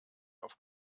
auf